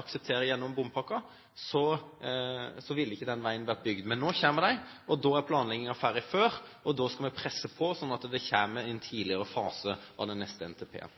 aksepterer gjennom bompakken, så ville ikke denne veien blitt bygd. Men nå kommer de, og da er planleggingen ferdig før, og da skal vi presse på sånn at det kommer i en tidligere fase av den neste